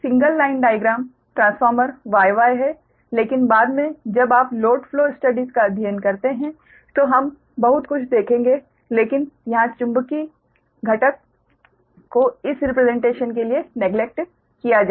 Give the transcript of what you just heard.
यह एक single line diagram transformer Y Y है लेकिन बाद में जब आप लोड फ्लो स्टडीस का अध्ययन करते हैं तो हम बहुत कुछ देखेंगे लेकिन यहां चुंबकिंग घटक को इस रिप्रेसेंटेशन के लिए नेगलेक्ट किया जाएगा